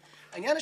נמנעים.